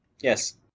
Yes